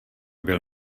byl